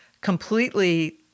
completely